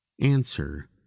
answer